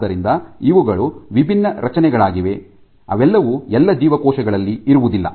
ಆದ್ದರಿಂದ ಇವುಗಳು ವಿಭಿನ್ನ ರಚನೆಗಳಾಗಿವೆ ಅವೆಲ್ಲವೂ ಎಲ್ಲಾ ಜೀವಕೋಶಗಳಲ್ಲಿ ಇರುವುದಿಲ್ಲ